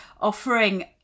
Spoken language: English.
offering